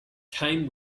came